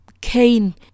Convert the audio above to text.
Cain